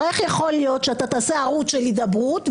הרי איך יכול להיות שאתה תעשה ערוץ של הידברות,